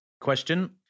question